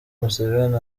museveni